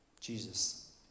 Jesus